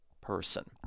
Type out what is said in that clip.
person